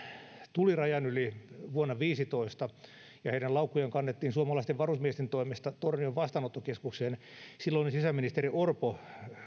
tuli rajan yli vuonna viisitoista ja heidän laukkujaan kannettiin suomalaisten varusmiesten toimesta tornion vastaanottokeskukseen silloinen sisäministeri orpo